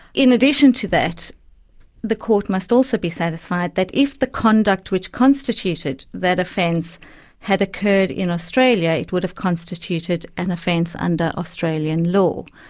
in addition to that the court must also be satisfied that, if the conduct which constituted that offence had occurred in australia it would have constituted an offence under australian law.